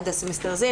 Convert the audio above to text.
עד הסמסטר הזה,